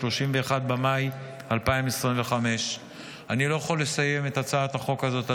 31 במאי 2025. אני לא יכול לסיים את הצעת החוק הזאת,